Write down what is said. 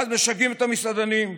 ואז משגעים את המסעדנים,